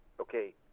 okay